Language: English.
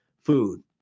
food